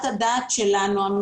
שלנו.